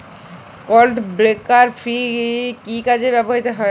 Clod breaker কি কাজে ব্যবহৃত হয়?